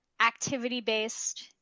activity-based